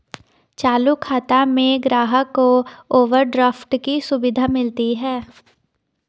चालू खाता में ग्राहक को ओवरड्राफ्ट की सुविधा मिलती है